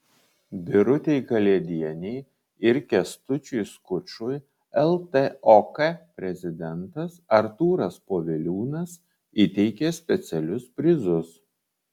birutei kalėdienei ir kęstučiui skučui ltok prezidentas artūras poviliūnas įteikė specialius prizus